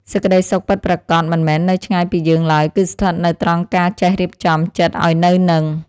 សេចក្តីសុខពិតប្រាកដមិនមែននៅឆ្ងាយពីយើងឡើយគឺស្ថិតនៅត្រង់ការចេះរៀបចំចិត្តឱ្យនៅនឹង។